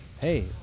Hey